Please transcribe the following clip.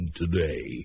today